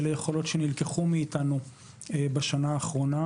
אלה יכולות שנלקחו מאיתנו בשנה האחרונה,